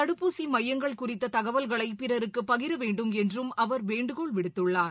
தடுப்பஆசி மையங்கள் குறித்த தகவல்களை பிற ருக்கு பகிர வேண்டும் என்று ம் அவர் வேண்டுகோள் விடுத்துள்ளார்